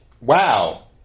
wow